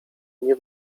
nie